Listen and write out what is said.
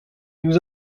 nous